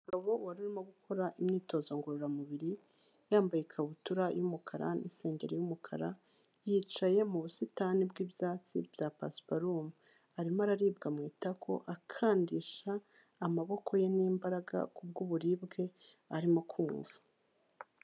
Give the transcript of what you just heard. Umugabo wari urimo gukora imyitozo ngororamubiri, yambaye ikabutura y'umukara n'isengero y'umukara, yicaye mu busitani bw'ibyatsi bya pasiparumu. Arimo araribwa mu itako akandisha amaboko ye n'imbaraga ku bw'uburibwe arimo kumva.